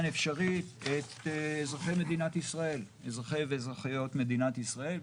אפשרית את אזרחי ואזרחיות מדינת ישראל,